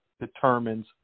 determines